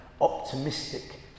optimistic